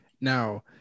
Now